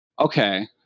Okay